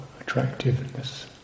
attractiveness